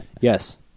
Yes